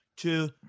two